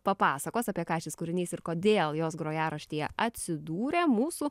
papasakos apie ką šis kūrinys ir kodėl jos grojaraštyje atsidūrė mūsų